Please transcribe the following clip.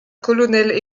colonel